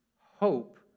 hope